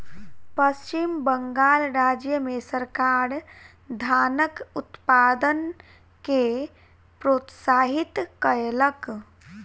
पश्चिम बंगाल राज्य मे सरकार धानक उत्पादन के प्रोत्साहित कयलक